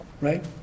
right